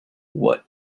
what